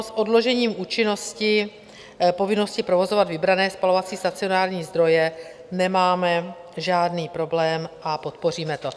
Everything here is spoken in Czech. S odložením účinnosti povinnosti provozovat vybrané spalovací stacionární zdroje nemáme žádný problém a podpoříme to.